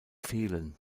fehlen